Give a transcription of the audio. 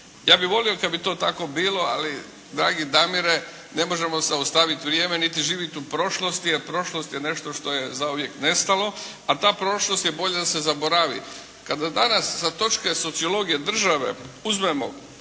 Ja bih volio kad bi to tako bilo, ali dragi Damire, ne možemo zaustaviti vrijeme niti živjeti u prošlosti jer prošlost je nešto što je zauvijek nestalo, a ta prošlost je bolje da se zaboravi. Kada danas sa točke sociologije države uzmemo